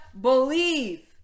believe